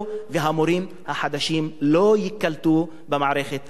והמורים החדשים לא ייקלטו במערכת החינוך.